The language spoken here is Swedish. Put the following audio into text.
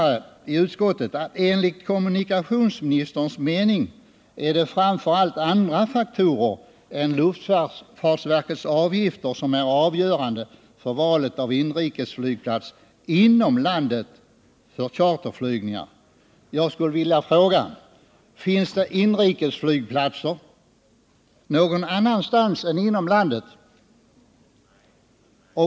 ”Enligt kommunikationsministerns mening är det framför allt andra faktorer än luftfartsverkets avgifter som är avgörande för valet av inrikesflygplats inom landet för charterflygningar”, säger utskottet vidare. Jag skulle vilja fråga: Finns det inrikesflygplatser någon annanstans än inom landet?